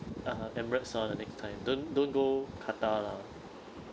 ah emirates orh the next time don't don't go qatar lah